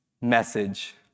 message